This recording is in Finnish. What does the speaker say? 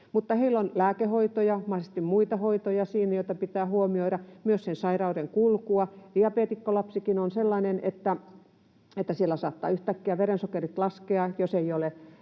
heillä on lääkehoitoja, mahdollisesti muita hoitoja, joita pitää huomioida, myös sen sairauden kulkua. Diabeetikkolapsikin on sellainen, että siellä saattavat yhtäkkiä verensokerit laskea, jos ei ole